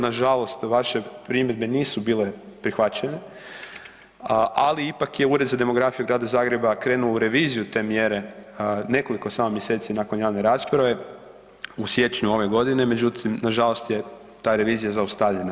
Nažalost vaše primjedbe nisu bile prihvaćene, ali ipak je Ured za demografiju Grada Zagreba krenuo u reviziju te mjere nekoliko samo mjeseci nakon javne rasprave u siječnju ove godine, međutim nažalost je ta revizija zaustavljena.